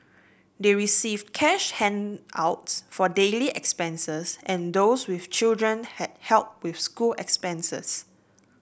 they received cash handouts for daily expenses and those with children had help with school expenses